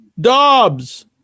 Dobbs